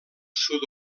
sud